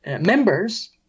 members